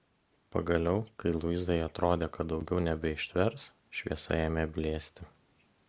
pagaliau kai luizai atrodė kad daugiau nebeištvers šviesa ėmė blėsti